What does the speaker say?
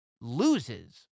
loses